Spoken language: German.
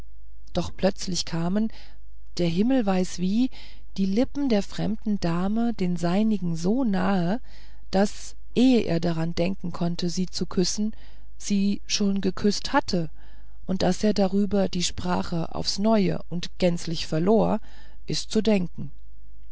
doch plötzlich kamen der himmel weiß wie die lippen der fremden dame den seinigen so nahe daß ehe er daran denken konnte sie zu küssen sie schon geküßt hatte und daß er darüber die sprache aufs neue und gänzlich verlor ist zu denken